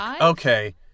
Okay